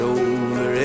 over